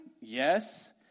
Yes